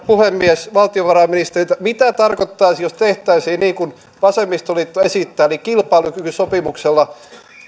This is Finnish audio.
puhemies valtiovarainministerille mitä tarkoittaisi jos tehtäisiin niin kuin vasemmistoliitto esittää että kilpailukykysopimuksella